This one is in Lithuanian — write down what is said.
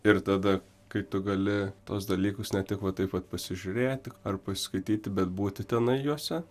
ir tada kai tu gali tuos dalykus ne tik va taip vat pasižiūrėti ar pasiskaityti bet būti tenai juose